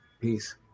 Peace